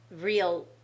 real